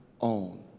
own